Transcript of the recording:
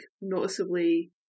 noticeably